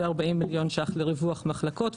ו-40 מיליון שקלים לריווח מחלקות,